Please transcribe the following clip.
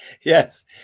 Yes